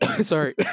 Sorry